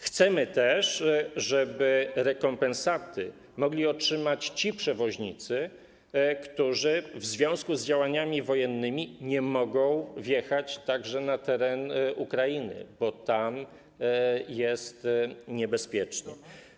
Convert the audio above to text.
Chcemy też, żeby rekompensaty mogli otrzymać także ci przewoźnicy, którzy w związku z działaniami wojennymi nie mogą wjechać na teren Ukrainy, bo tam jest niebezpiecznie.